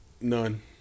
None